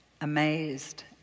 amazed